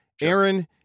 Aaron